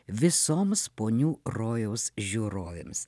visoms ponių rojaus žiūrovėms